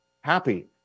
happy